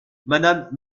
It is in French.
madame